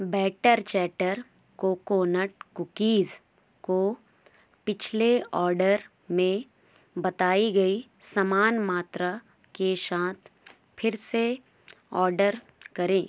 batter chatter coconut cookies को पिछले order में बताई गई समान मात्रा के साथ फिर से ऑर्डर करें